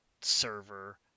server